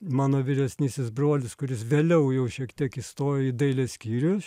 mano vyresnysis brolis kuris vėliau jau šiek tiek įstojo į dailės skyrių